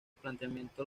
planteamiento